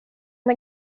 med